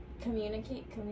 Communicate